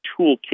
toolkit